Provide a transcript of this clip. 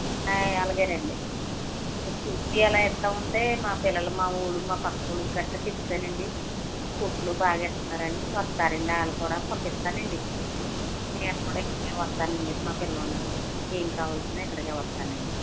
అయి అలాగేనండి చూసి ఎలా ఇస్తాం అంటే మా పిల్లలు మా ఊరు మా పక్క ఊరు గట్రా చెప్తానండి కొట్లో బాగా ఇస్తున్నారని వస్తారు అండి వాళ్ళు కూడా పంపిస్తాను అండి నేను కూడా ఇక్కడికే వస్తానండి మా పిల్లోడికి ఏం కావాల్సినా ఇక్కడికే వస్తానండి